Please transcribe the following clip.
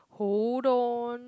hold on